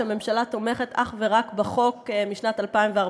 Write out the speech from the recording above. שהממשלה תומכת אך ורק בחוק משנת 2014,